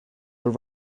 were